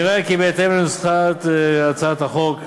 נראה כי בהתאם לנוסחה של הצעת החוק,